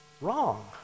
wrong